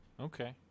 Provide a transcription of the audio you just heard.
Okay